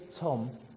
Tom